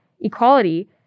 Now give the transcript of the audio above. equality